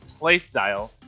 playstyle